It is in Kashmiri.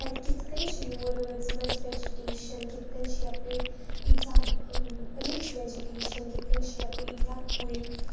کَتہِ کِتھ کٔنۍ چھِ یور وٲژمٕژ ویٚجٹیشَن کِتھ کٔنۍ چھِ یپٲرۍ ایٖژا رِچ ریٚجٹیشَن کِتھ چھ یپٲرۍ ییٖتیاہ کُلۍ